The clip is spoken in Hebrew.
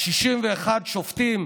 61 השופטים,